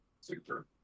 Super